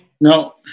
No